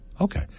Okay